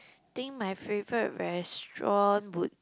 think my favourite restaurant would